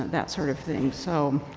that sort of thing. so,